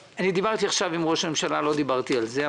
דיברתי עכשיו עם ראש הממשלה אבל לא דיברתי על זה.